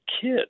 kid